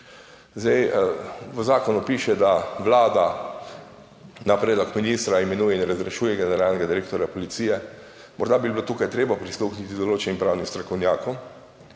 Zdaj v zakonu piše, da Vlada na predlog ministra imenuje in razrešuje generalnega direktorja policije. Morda bi bilo tukaj treba prisluhniti določenim pravnim strokovnjakom,